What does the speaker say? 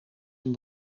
een